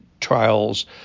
trials